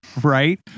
right